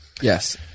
Yes